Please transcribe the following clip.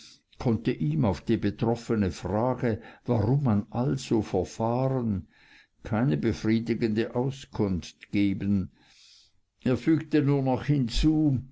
konnte ihm auf die betroffene frage warum man also verfahren keine befriedigende auskunft geben er fügte nur noch hinzu